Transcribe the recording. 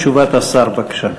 תשובת השר, בבקשה.